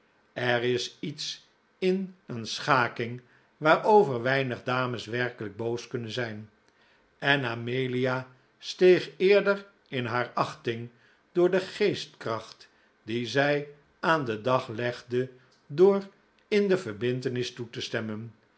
er is iets in een schaking waarover weinig dames werkelijk boos kunnen zijn en amelia steeg eerder in haar achting door de geestkracht die zij aan den dag legde door in de verbintenis toe te stemmen